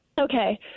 Okay